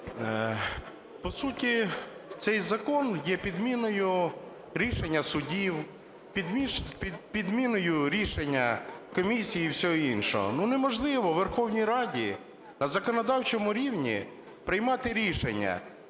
По суті цей закон є підміною рішення судів, підміною рішення комісії і всього іншого. Неможливо Верховній Раді на законодавчому рівні приймати рішення